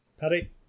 Paddy